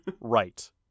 right